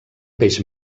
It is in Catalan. peix